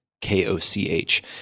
K-O-C-H